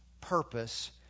purpose